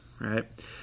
right